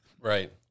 Right